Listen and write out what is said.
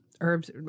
herbs